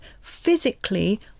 physically